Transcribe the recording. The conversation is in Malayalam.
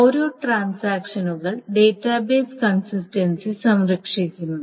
ഓരോ ട്രാൻസാക്ഷനുകൾ ഡാറ്റാബേസ് കൺസിസ്റ്റൻസി സംരക്ഷിക്കുന്നു